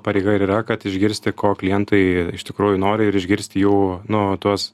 pareiga ir yra kad išgirsti ko klientai iš tikrųjų nori ir išgirsti jų nu tuos